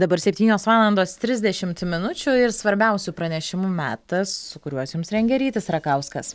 dabar septynios valandos trisdešimt minučių ir svarbiausių pranešimų metas kuriuos jums rengia rytis rakauskas